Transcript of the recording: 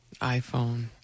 iPhone